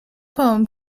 poem